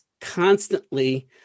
constantly